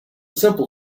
simple